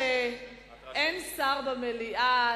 שאין שר במליאה,